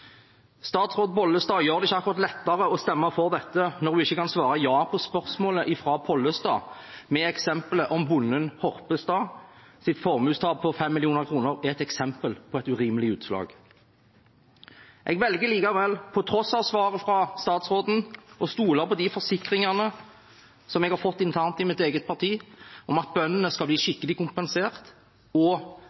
Statsråd Bollestad gjør det ikke akkurat lettere å stemme for dette når hun ikke kan svare ja på spørsmålet fra Pollestad om eksempelet om bonden Horpestad sitt formuestap på 5 mill. kr er et eksempel på et urimelig utslag. Jeg velger likevel, på tross av svaret fra statsråden, å stole på de forsikringene som jeg har fått internt i mitt parti, om at bøndene skal bli skikkelig kompensert,